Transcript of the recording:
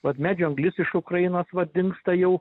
vat medžio anglis iš ukrainos vat dingsta jau